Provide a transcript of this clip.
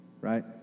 Right